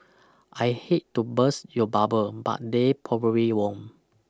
I hate to burst your bubble but they probably won't